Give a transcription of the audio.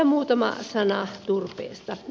muutama sana turpeesta